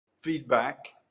feedback